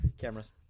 Cameras